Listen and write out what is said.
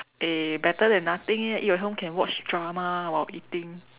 eh better than nothing eh eat at home can watch drama while eating